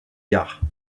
gare